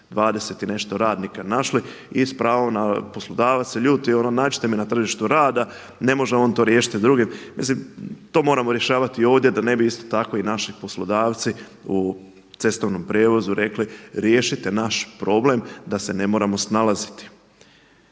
20 i nešto radnika našli i s pravom poslodavac se ljuti nađite me na tržištu rada, ne može on to riješiti drugim. Mislim to moramo rješavati ovdje da ne bi isto tako i naši poslodavci u cestovnom prijevozu rekli, riješite naš problem da se ne moramo snalaziti.